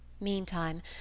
Meantime